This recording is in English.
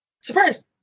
surprise